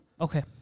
Okay